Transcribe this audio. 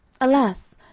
Alas